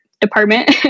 Department